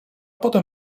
potem